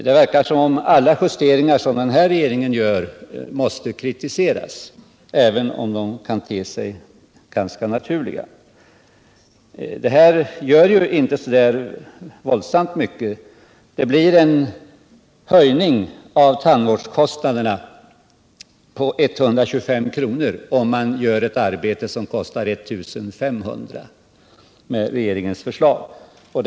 Det verkar som om alla justeringar som den nuvarande regeringen gör måste kritiseras, även om de kan te sig ganska naturliga. Med regeringens förslag blir det nu en höjning av tandvårdskostnaderna på 125 kr., om man låter utföra ett arbete som kostar 1 500 kr. Det är ju inte så våldsamt mycket.